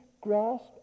grasp